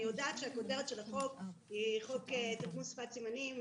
אני יודעת שהכותרת של החוק היא חוק תרגום לשפת הסימנים,